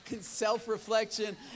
self-reflection